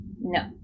no